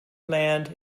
land